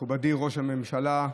מכובדי ראש הממשלה,